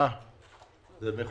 ככל